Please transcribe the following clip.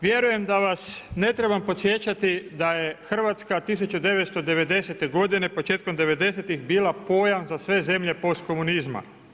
Vjerujem da vas ne trebam podsjećati da je Hrvatska 1990. godine, početkom devedesetih bila pojam za sve zemlje postkomunizma.